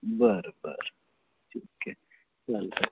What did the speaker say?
बरं बरं ठीक आहे चालत आहे